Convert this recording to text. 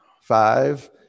Five